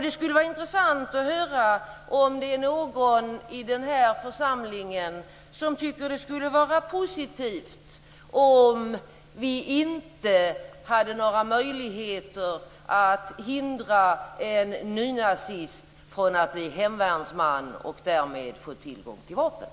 Det skulle vara intressant att höra om någon i den här församlingen tycker att det skulle vara positivt om vi inte hade några möjligheter att hindra en nynazist från att bli hemvärnsman och därmed få tillgång till vapen.